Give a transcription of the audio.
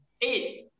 eight